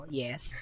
yes